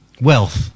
Wealth